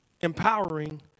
Empowering